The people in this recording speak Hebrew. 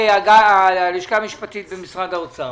הלשכה המשפטית במשרד האוצר